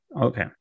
Okay